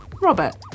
Robert